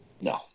No